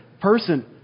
person